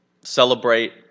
celebrate